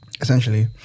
Essentially